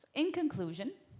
in conclusion,